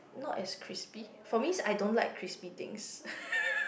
not as crispy for me is I don't like crispy things